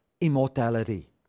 immortality